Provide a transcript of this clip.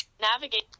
navigate